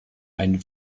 einen